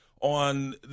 on